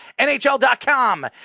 NHL.com